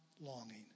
longing